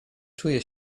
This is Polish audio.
czuje